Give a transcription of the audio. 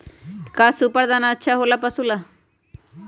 का सुपर दाना अच्छा हो ला पशु ला?